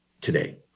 today